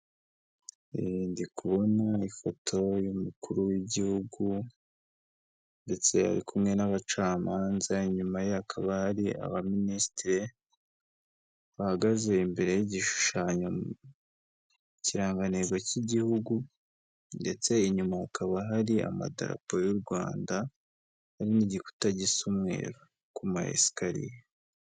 Ndi kubona ifoto y'umukuru w'igihugu, ndetse ari kumwe n'abacamanza inyuma ye hakaba hari abaminisitiri bahagaze imbere y'igishushanyo, ikirangantego k'igihugu ndetse inyuma hakaba hari amadapo y'u Rwanda, hari n'igikuta gisa umweru ku masikariye.